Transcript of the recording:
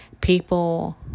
People